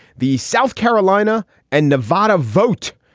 the south carolina and nevada vote.